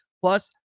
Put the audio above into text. plus